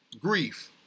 grief